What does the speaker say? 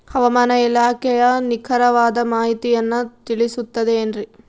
ಹವಮಾನ ಇಲಾಖೆಯ ನಿಖರವಾದ ಮಾಹಿತಿಯನ್ನ ತಿಳಿಸುತ್ತದೆ ಎನ್ರಿ?